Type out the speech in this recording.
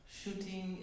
shooting